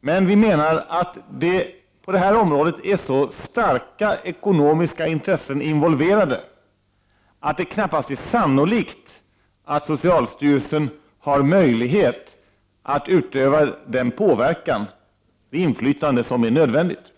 men vi menar att det på detta område är så starka ekonomiska intressen involverade, att det 147 knappast är sannolikt att socialstyrelsen har möjlighet att utöva det infly tande som är nödvändigt.